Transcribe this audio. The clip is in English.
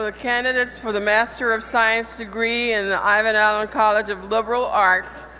ah candidates for the master of science degree in the ivan allen college of liberal arts,